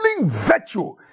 virtue